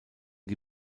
die